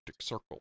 Circle